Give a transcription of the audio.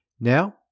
Now